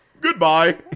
Goodbye